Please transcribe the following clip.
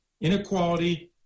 inequality